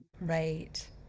Right